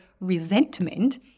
resentment